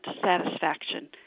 satisfaction